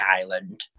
island